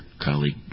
colleague